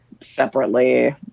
separately